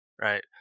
right